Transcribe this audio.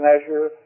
measure